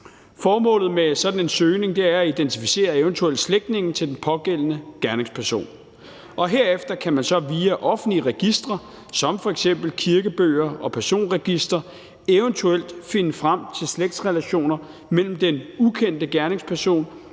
Formålet med sådan en søgning er at identificere eventuelle slægtninge til den pågældende gerningsperson, og herefter kan man så via offentlige registre som f.eks. kirkebøger og personregistre eventuelt finde frem til slægtsrelationer mellem den ukendte gerningsperson